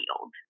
field